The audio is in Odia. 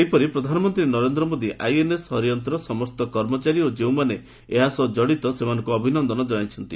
ସେହିପରି ପ୍ରଧାନମନ୍ତ୍ରୀ ନରେନ୍ଦ୍ର ମୋଦି ଆଇଏନ୍ଏସ୍ ଅରିହନ୍ତର ସମସ୍ତ କର୍ମଚାରୀ ଓ ଯେଉଁମାନେ ଏହା ସହ କଡ଼ିତ ସେମାନଙ୍କ ଅଭିନନ୍ଦନ ଜଣାଇଛନ୍ତି